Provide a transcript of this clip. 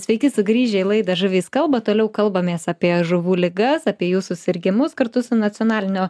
sveiki sugrįžę į laidą žuvys kalba toliau kalbamės apie žuvų ligas apie jų susirgimus kartu su nacionalinio